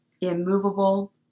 immovable